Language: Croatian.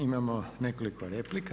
Imamo nekoliko replika.